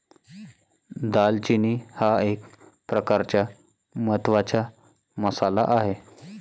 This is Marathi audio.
दालचिनी हा एक प्रकारचा महत्त्वाचा मसाला आहे